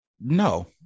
No